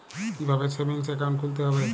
কীভাবে savings account খুলতে হবে?